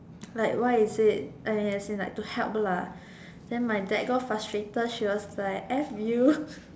like why is it and in as in like to help lah then my dad got frustrated she was like F you